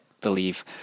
believe